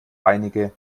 einige